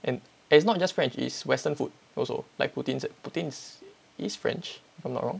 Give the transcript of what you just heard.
and there's not just french it's western food also like poutine is poutine is french if I'm not wrong